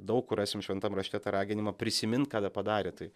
daug kur rasim šventam rašte tą raginimą prisimint kada padarė tai